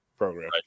program